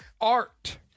Art